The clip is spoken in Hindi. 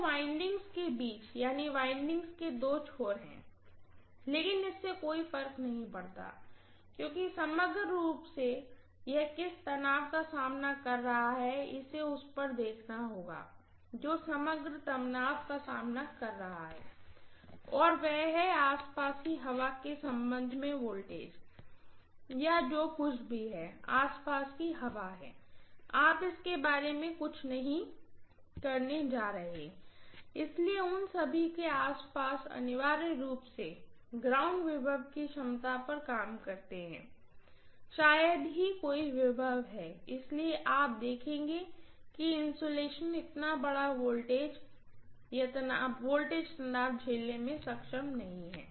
दो वाइंडिंग्स के बीच यानी वाइंडिंग के दो छोर हैं लेकिन इससे कोई फर्क नहीं पड़ता क्योंकि समग्र रूप से यह किस तनाव का सामना कर रहा है इसे उस पर देखना होगा जो समग्र तनाव का सामना कर रहा है वह है आसपास की हवा के संबंध में वोल्टेज या जो कुछ भी है आस पास की हवा है आप इसके बारे में कुछ भी नहीं करने जा रहे हैं इसलिए उन सभी के आसपास अनिवार्य रूप से ग्राउंड वोल्टेज की क्षमता पर काम करते हैं शायद ही कोई वोल्टेज है इसलिए आप देखेंगे कि इन्सुलेशन इतना बड़ा वोल्टेज तनाव झेलने में सक्षम नहीं है